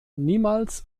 niemals